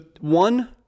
one